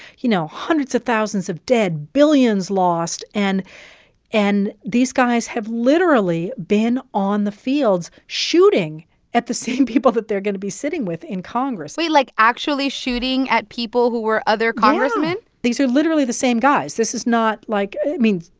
you know, hundreds of thousands of dead, billions lost. and and these guys have literally been on the fields shooting at the same people that they're going to be sitting with in congress like like, actually shooting at people who were other congressmen? yeah. these are literally the same guys. this is not like i mean,